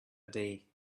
day